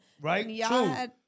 Right